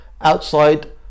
outside